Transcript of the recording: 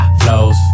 Flows